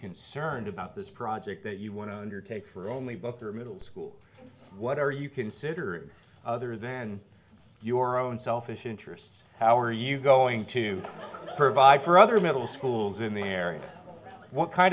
concerned about this project that you want to undertake for only both or middle school whatever you consider other than your own selfish interests how are you going to provide for other middle schools in the area what kind